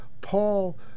Paul